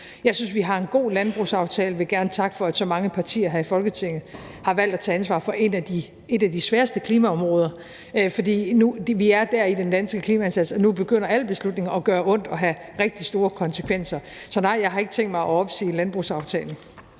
Jeg synes, at vi har en god landbrugsaftale, og jeg vil gerne takke for, at så mange partier her i Folketinget har valgt at tage ansvar for et af de sværeste klimaområder. For vi er der i den danske klimaindsats, at nu begynder alle beslutninger at gøre ondt og have rigtig store konsekvenser. Så nej, jeg har ikke tænkt mig at opsige landbrugsaftalen.